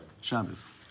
Shabbos